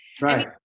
right